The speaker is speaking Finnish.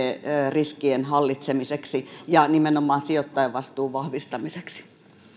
riskien hallitsemiseksi ja nimenomaan sijoittajavastuun vahvistamiseksi